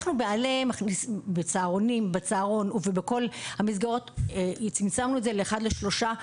בצהרונים ובכל במסגרות צמצמנו את זה לאחד לשלושה,